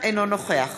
אינו נוכח